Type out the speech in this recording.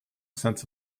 sense